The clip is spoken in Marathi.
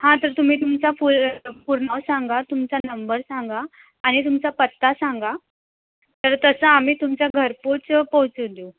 हां तर तुम्ही तुमचा फुल पूर्ण नाव सांगा तुमचा नंबर सांगा आणि तुमचा पत्ता सांगा तर तसं आम्ही तुमच्या घरपोच पोहोचून देऊ